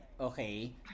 Okay